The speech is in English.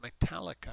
Metallica